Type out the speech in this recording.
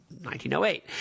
1908